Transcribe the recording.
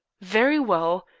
very well,